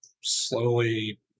slowly